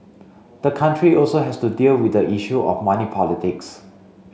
the country also has to deal with the issue of money politics